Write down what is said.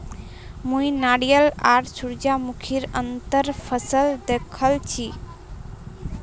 मुई नारियल आर सूरजमुखीर अंतर फसल दखल छी